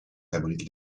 abrite